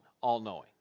all-knowing